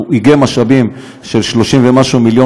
הוא איגם משאבים של 30 ומשהו מיליון